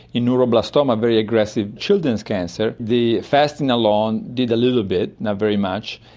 in neuroblastoma, a very aggressive children's cancer, the fasting alone did a little bit, not very much,